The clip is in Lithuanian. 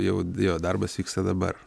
jau jo darbas vyksta dabar